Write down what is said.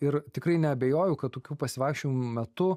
ir tikrai neabejoju kad tokių pasivaikščiojimų metu